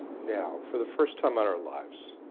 now, for the first time in our lives,